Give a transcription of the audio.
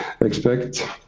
expect